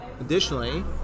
additionally